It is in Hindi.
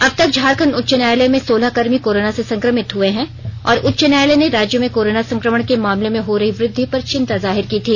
अबतक झारखंड उच्च न्यायालय में सोलह कर्मी कोरोना से संक्रमित हुए हैं और उच्च न्यायालय ने राज्य में कोरोना संक्रमण के मामलों में हो रही वृद्धि पर चिंता जाहिर की थी